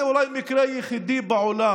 זה אולי המקרה היחיד בעולם,